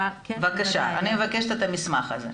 בבקשה, אני מבקשת את המסמך הזה.